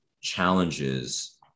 challenges